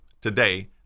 today